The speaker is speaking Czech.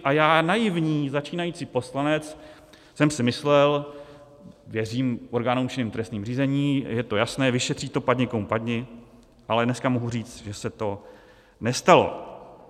A já naivní začínající poslanec jsem si myslel, věřím orgánům činným v trestním řízení, je to jasné, vyšetří to padni komu padni, ale deska mohu říct, že se to nestalo.